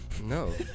No